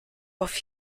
auf